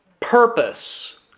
Purpose